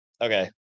Okay